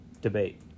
debate